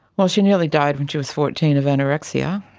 well, she nearly died when she was fourteen of anorexia,